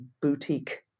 boutique